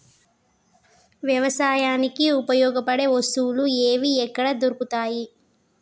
వ్యవసాయానికి ఉపయోగపడే వస్తువులు ఏవి ఎక్కడ దొరుకుతాయి?